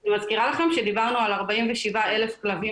אני מזכירה לכם שדיברנו על 47,000 כלבים